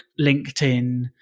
LinkedIn